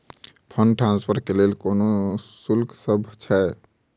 Fund transfer केँ लेल कोनो शुल्कसभ छै?